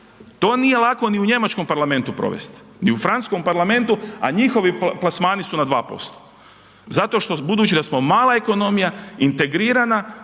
To nije lako ni u njemačkom parlamentu provesti ni u francuskom parlamentu, a njihovi plasmani su na 2%. Zato što, budući da smo mala ekonomija, integrirana,